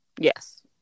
Yes